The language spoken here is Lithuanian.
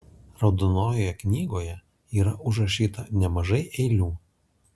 raudonojoje knygoje yra užrašyta nemažai eilių